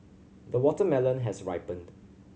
the watermelon has ripened